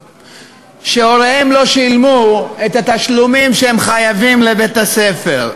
שהוריהם לא שילמו את התשלומים שהם חייבים לבית-הספר.